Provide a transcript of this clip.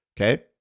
Okay